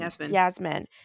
Yasmin